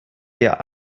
der